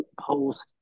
post